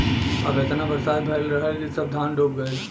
अब एतना बरसात भयल रहल कि सब धान डूब गयल